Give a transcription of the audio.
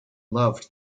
loved